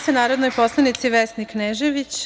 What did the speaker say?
se, narodnoj poslanici, Vesni Knežević.